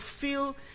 feel